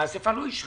האסיפה לא אישרה,